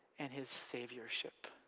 and his saviourship.